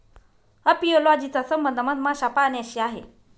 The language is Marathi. अपियोलॉजी चा संबंध मधमाशा पाळण्याशी आहे